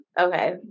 Okay